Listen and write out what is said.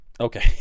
Okay